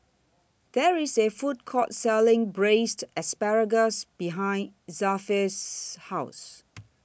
There IS A Food Court Selling Braised Asparagus behind Zelpha's House